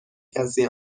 کسی